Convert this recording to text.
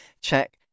Check